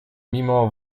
mimo